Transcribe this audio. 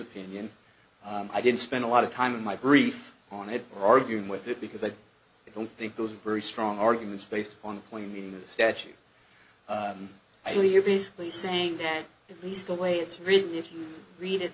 opinion i didn't spend a lot of time in my brief on it or arguing with it because i don't think those are very strong arguments based on the point in the statute so you're basically saying that at least the way it's written if you read it